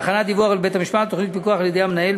להכנת דיווח לבית-המשפט על תוכנית פיקוח על-ידי המנהל,